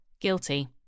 Guilty